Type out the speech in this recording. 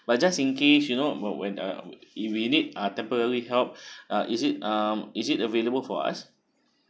but just in case you know when uh if we need uh temporary help uh is it um is it available for us